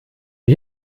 die